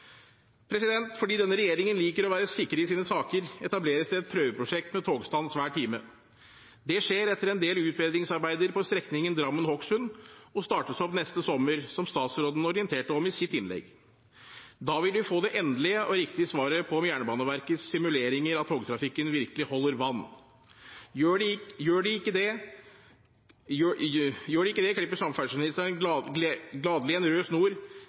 Fordi denne regjeringen liker å være sikker i sine saker, etableres det et prøveprosjekt med togstans hver time. Det skjer etter en del utbedringsarbeider på strekningen Drammen–Hokksund, og startes opp neste sommer, som statsråden orienterte om i sitt innlegg. Da vil vi få det endelige og riktige svaret på om Jernbaneverkets simuleringer av togtrafikken virkelig holder vann. Gjør de ikke det,